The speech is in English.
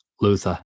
luther